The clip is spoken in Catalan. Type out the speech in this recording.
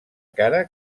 cara